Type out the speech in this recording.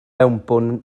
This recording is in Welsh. mewnbwn